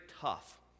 tough